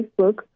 Facebook